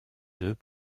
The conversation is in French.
eux